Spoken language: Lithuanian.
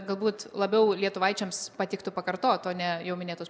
galbūt labiau lietuvaičiams patiktų pakartot o ne jau minėtos